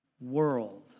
world